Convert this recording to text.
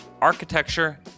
architecture